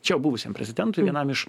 čia buvusiam prezidentui vienam iš